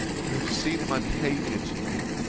you have seen in my behaviour to you,